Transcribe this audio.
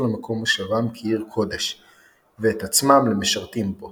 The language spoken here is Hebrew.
למקום מושבם כעיר קודש ואת עצמם למשרתים בו